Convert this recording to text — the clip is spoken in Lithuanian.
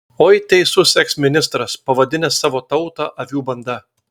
oi teisus eksministras pavadinęs savo tautą avių banda